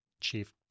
chief